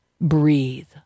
Breathe